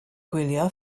gwylio